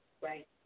Right